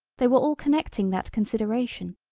they were all connecting that consideration.